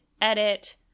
edit